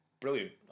brilliant